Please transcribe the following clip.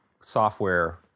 software